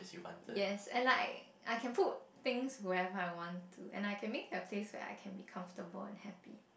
yes and like I can put things whatever I want to and I can make a place where I can be comfortable and happy